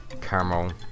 caramel